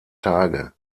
tage